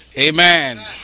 Amen